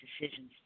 decisions